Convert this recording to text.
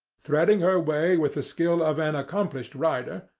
threading her way with the skill of an accomplished rider,